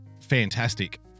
fantastic